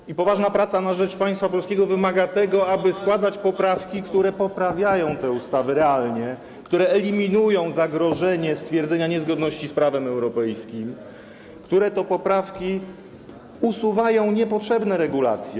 I poważna praca na rzecz państwa polskiego wymaga tego, aby składać poprawki, które poprawiają te ustawy realnie, które eliminują zagrożenie stwierdzenia niezgodności z prawem europejskim, które usuwają niepotrzebne regulacje.